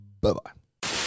Bye-bye